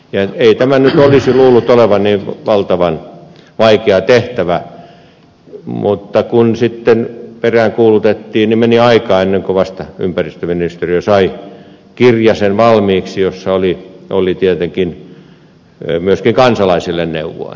ei tämän nyt olisi luullut olevan niin valtavan vaikea tehtävä mutta kun sitä sitten peräänkuulutettiin meni aikaa ennen kuin ympäristöministeriö sai valmiiksi kirjasen jossa oli tietenkin myös kansalaisille neuvoja